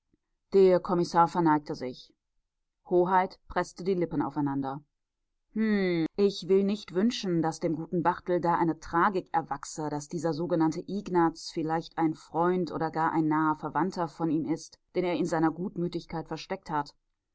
der kommissar verneigte sich hoheit preßte die lippen aufeinander hm ich will nicht wünschen daß dem guten barthel da eine tragik erwachse daß dieser sogenannte ignaz vielleicht ein freund oder gar ein naher verwandter von ihm ist den er in seiner gutmütigkeit versteckt hat